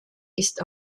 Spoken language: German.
ist